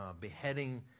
beheading